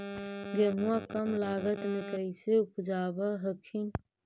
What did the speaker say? गेहुमा कम लागत मे कैसे उपजाब हखिन?